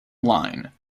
line